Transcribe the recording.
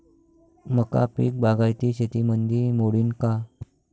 मका पीक बागायती शेतीमंदी मोडीन का?